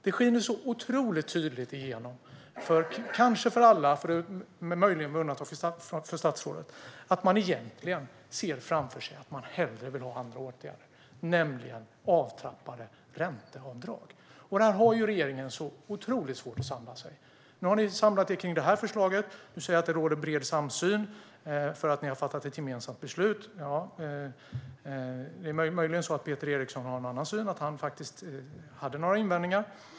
Det skiner otroligt tydligt igenom, för alla men möjligen med undantag för statsrådet, att man egentligen hellre vill ha andra åtgärder, nämligen avtrappade ränteavdrag. Det har regeringen svårt att samlas kring. Nu har man samlat sig kring det här förslaget och säger att det råder bred samsyn, eftersom man har fattat ett gemensamt beslut. Möjligen har Peter Eriksson en annan syn. Han kanske hade några invändningar.